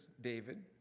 David